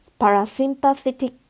parasympathetic